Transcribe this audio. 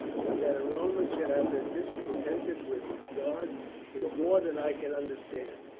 but that a roman should have been discontented with his gods is more than i can understand.